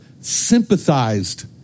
sympathized